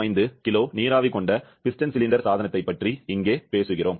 05 kilo நீராவி கொண்ட piston cylinder சாதனத்தைப் பற்றி இங்கே பேசுகிறோம்